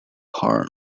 horn